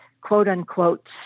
quote-unquote